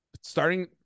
starting